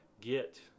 get